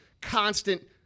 constant